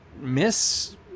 miss